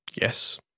Yes